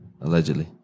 allegedly